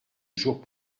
jours